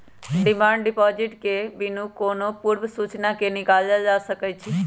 demand deposit के बिनु कोनो पूर्व सूचना के निकालल जा सकइ छै